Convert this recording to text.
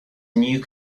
new